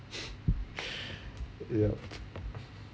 yup